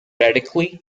radically